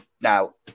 now